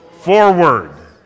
forward